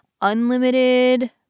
unlimited